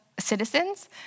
Citizens